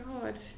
God